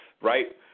right